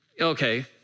Okay